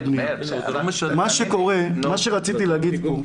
מה שרציתי להגיד פה,